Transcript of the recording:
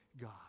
God